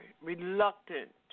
reluctant